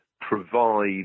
provide